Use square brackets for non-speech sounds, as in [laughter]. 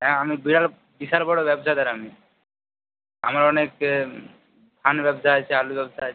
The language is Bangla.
হ্যাঁ আমি [unintelligible] বিশাল বড়ো ব্যবসাদার আমি আমার অনেক ধান ব্যবসা আছে আলু ব্যবসা আছে